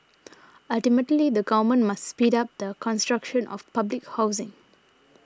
ultimately the government must speed up the construction of public housing